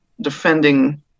defending